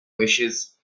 wishes